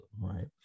right